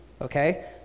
okay